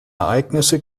ereignisse